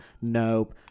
nope